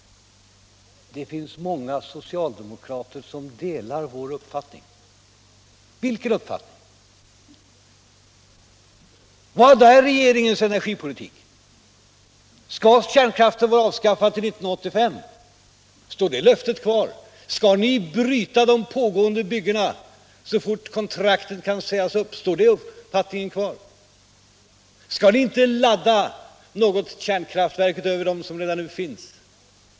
Det finns många socialdemokrater som delar vår uppfattning, sade energiministern. Vilken uppfattning? Vilken är regeringens energipolitik? Skall kärnkraften vara avskaffad till 1985? Står det löftet kvar? Skall ni bryta de pågående byggena så fort kontrakten kan sägas upp? Står den uppfattningen kvar? Skall ni inte ladda något kärnkraftverk utöver dem som redan nu finns?